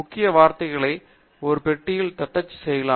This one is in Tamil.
முக்கிய வார்த்தைகளை ஒரு பெட்டியில் தட்டச்சு செய்யலாம்